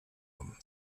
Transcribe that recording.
them